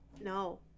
No